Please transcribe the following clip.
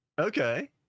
Okay